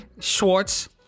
schwartz